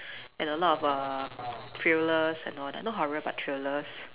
and a lot of uh thrillers and all that not horror but thrillers